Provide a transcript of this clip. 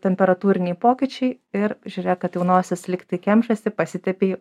temperatūriniai pokyčiai ir žiūrėk kad jau nosis lygtai kemšasi pasitepei